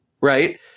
right